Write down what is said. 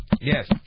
Yes